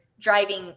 driving